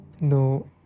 No